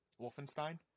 Wolfenstein